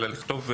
לכתוב: